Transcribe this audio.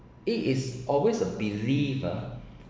it is always a belief ah